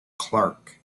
clarke